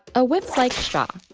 a whip-like straw.